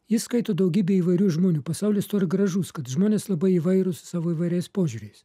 jį skaito daugybė įvairių žmonių pasaulis gražus kad žmonės labai įvairūs savo įvairiais požiūriais